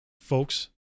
folks